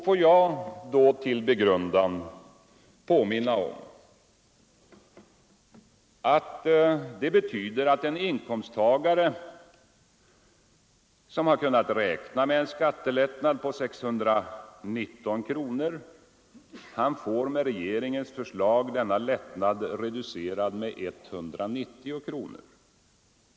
Får jag då till begrundan påminna om att det betyder att en person med 20 000 kronors inkomst, som enligt Hagaöverenskommelsen har kunnat räkna med en skattelättnad på 619 kronor, får med regeringens förslag denna lättnad reducerad under ett år med 190 kronor.